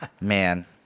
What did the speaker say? Man